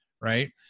right